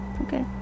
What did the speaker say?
okay